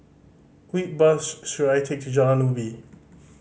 which bus should I take to Jalan Ubi